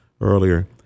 earlier